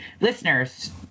Listeners